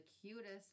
cutest